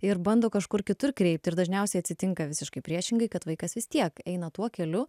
ir bando kažkur kitur kreipti ir dažniausiai atsitinka visiškai priešingai kad vaikas vis tiek eina tuo keliu